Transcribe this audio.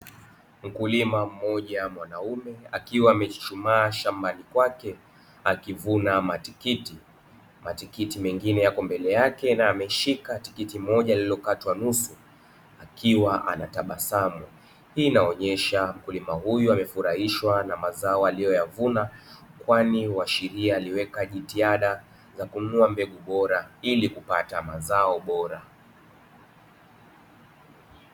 Mkulima mmoja mwanaume akiwa amechuchumaa shambani kwake akivuna matikiti. Matikiti mengine yako mbele yake na ameshika tikiti moja lililokatwa nusu akiwa anatabasamu. Hii inaonyesha mkulima huyu amefurahishwa na mazao aliyoyavuna kwani huashiria aliweza jitihada za kununua mbegu bora ili kupata mazao bora.